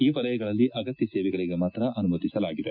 ಈ ವಲಯಗಳಲ್ಲಿ ಅಗತ್ಯ ಸೇವೆಗಳಿಗೆ ಮಾತ್ರ ಅನುಮತಿಸಲಾಗಿದೆ